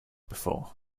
before